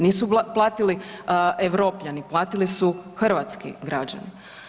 Nisu platili Europljani, platili su hrvatski građani.